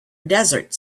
desert